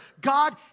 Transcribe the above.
God